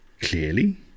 Clearly